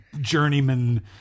journeyman